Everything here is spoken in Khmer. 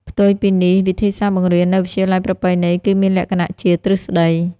ផ្ទុយពីនេះ វិធីសាស្ត្របង្រៀននៅ វិទ្យាល័យប្រពៃណី គឺមានលក្ខណៈជា ទ្រឹស្តី។